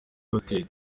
hoteli